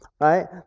right